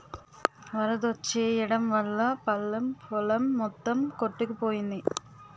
వరదొచ్చెయడం వల్లా పల్లం పొలం మొత్తం కొట్టుకుపోయింది